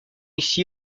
ici